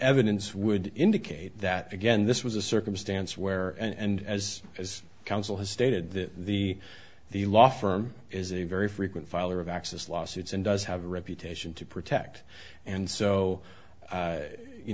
evidence would indicate that again this was a circumstance where and as as counsel has stated that the the law firm is a very frequent filer of access lawsuits and does have a reputation to protect and so